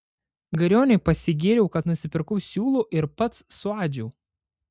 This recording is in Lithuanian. gairioniui pasigyriau kad nusipirkau siūlų ir pats suadžiau